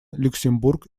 люксембург